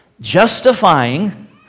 justifying